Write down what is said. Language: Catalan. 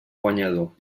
guanyador